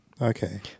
Okay